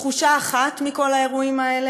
היהודים,